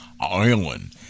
Island